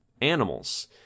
animals